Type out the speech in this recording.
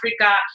Africa